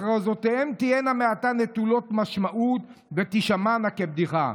הכרזותיהם תהיינה מעתה נטולות משמעות ותישמענה כבדיחה.